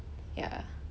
ya